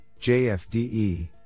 JFDE